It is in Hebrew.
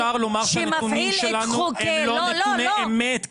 אי אפשר לומר שהנתונים שלנו הם לא נתוני אמת,